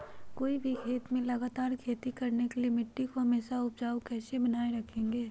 कोई भी खेत में लगातार खेती करने के लिए मिट्टी को हमेसा उपजाऊ कैसे बनाय रखेंगे?